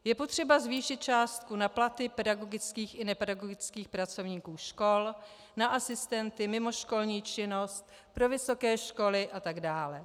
Je potřeba zvýšit částku na platy pedagogických i nepedagogických pracovníků škol, na asistenty, mimoškolní činnost, pro vysoké školy atd.